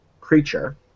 creature